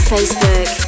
Facebook